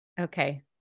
okay